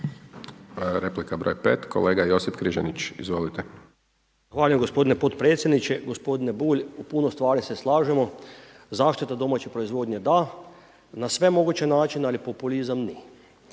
Replika broj 5, kolega Josip Križanić, izvolite. **Križanić, Josip (HDZ)** Zahvaljujem gospodine potpredsjedniče. Gospodine Bulj, u puno stvari se slažemo, zaštite domaće proizvodnje da, na sve moguće načine ali populizam ne.